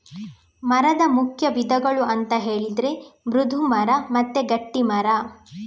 ಮರದ ಮುಖ್ಯ ವಿಧಗಳು ಅಂತ ಹೇಳಿದ್ರೆ ಮೃದು ಮರ ಮತ್ತೆ ಗಟ್ಟಿ ಮರ